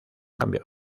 cambió